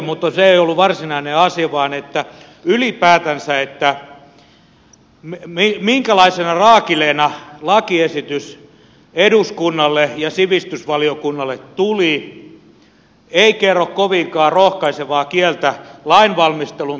mutta se ei ollut varsinainen asia vaan että ylipäätänsä se minkälaisena raakileena lakiesitys eduskunnalle ja sivistysvaliokunnalle tuli ei kerro kovinkaan rohkaisevaa kieltä lainvalmistelumme tasosta